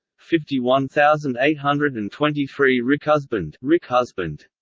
fifty one thousand eight hundred and twenty three rickhusband rickhusband